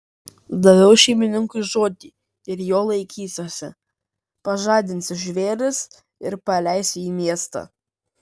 daviau šeimininkui žodį ir jo laikysiuosi pažadinsiu žvėris ir paleisiu į miestą